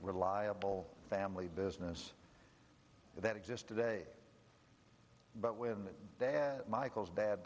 reliable family business that exist today but when michael's dad